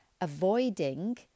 avoiding